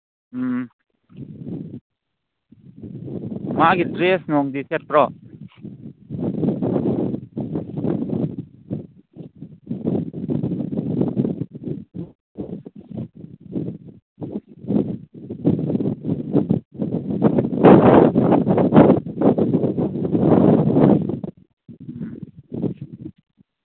ꯎꯝ ꯃꯥꯒꯤ ꯗ꯭ꯔꯦꯁ ꯅꯨꯡꯗꯤ ꯁꯦꯠꯄ꯭ꯔꯣ